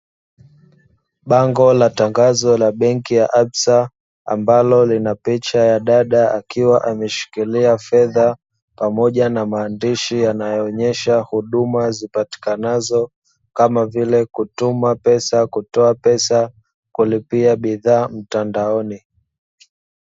Bango la tangazo la benki ya Absa ambalo lina picha ya dada akiwa ameshikilia fedha pamoja na maandishi yanayoonyesha huduma zipatikanazo kama vile; kutuma pesa, kutoa pesa, kulipia bidhaa mtandaoni.